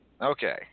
Okay